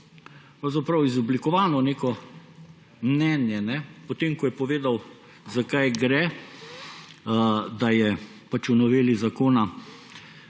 pravzaprav izoblikovano neko mnenje, potem ko je povedal, za kaj gre, da je v noveli zakona